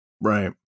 right